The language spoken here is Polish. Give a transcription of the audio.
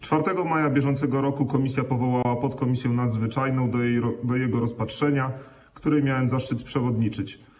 4 maja br. komisja powołała podkomisję nadzwyczajną do jego rozpatrzenia, której miałem zaszczyt przewodniczyć.